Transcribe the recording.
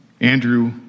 Andrew